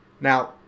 Now